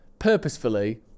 Purposefully